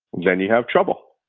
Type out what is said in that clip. then you have trouble.